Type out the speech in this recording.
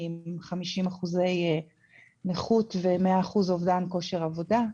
אני עם 50% נכות ו-100% אובדן כושר עבודה.